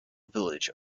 village